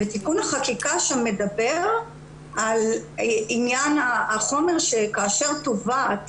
ותיקון החקיקה מדבר על עניין החומר שכאשר תובעת